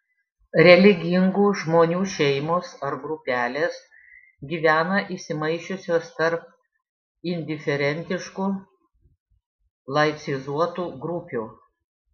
religingų žmonių šeimos ar grupelės gyvena įsimaišiusios tarp indiferentiškų laicizuotų grupių